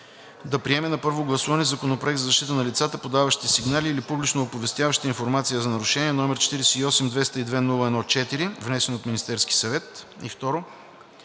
да приеме на първо гласуване Законопроект за защита на лицата, подаващи сигнали или публично оповестяващи информация за нарушения, № 48-202-01-4, внесен от Министерския съвет